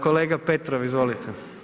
Kolega Petrov izvolite.